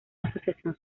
asociación